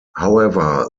however